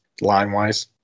line-wise